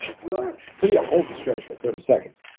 so yeah. hold the stretch for thirty seconds.